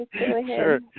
Sure